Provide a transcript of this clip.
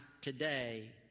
today